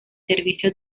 servicio